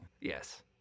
yes